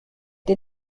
des